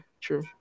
True